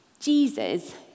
Jesus